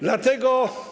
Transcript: Dlatego.